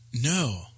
no